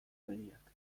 begiak